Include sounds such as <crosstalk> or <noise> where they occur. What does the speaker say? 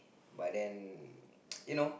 but then <noise> you know